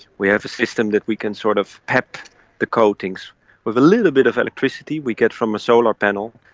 we have a system that we can sort of pep the coatings with a little bit of electricity we get from a solar panel,